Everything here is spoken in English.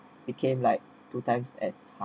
it came like two times as hard